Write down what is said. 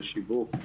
לשיווק,